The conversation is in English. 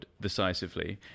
decisively